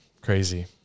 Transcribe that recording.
Crazy